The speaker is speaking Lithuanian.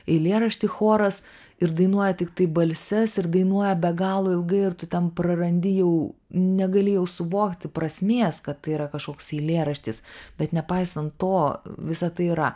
eilėraštį choras ir dainuoja tiktai balses ir dainuoja be galo ilgai ir tu ten prarandi jau negalėjau suvokti prasmės kad tai yra kažkoks eilėraštis bet nepaisant to visa tai yra